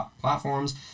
platforms